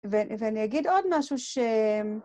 ואני אגיד עוד משהו ש...